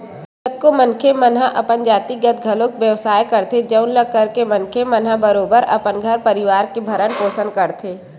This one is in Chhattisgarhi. कतको मनखे मन हा अपन जातिगत घलो बेवसाय करथे जउन ल करके मनखे मन ह बरोबर अपन परवार के भरन पोसन करथे